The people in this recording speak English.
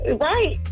Right